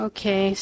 Okay